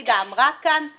לא לחזור.